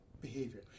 behavior